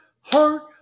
heart